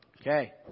Okay